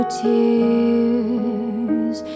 tears